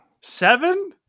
Seven